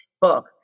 book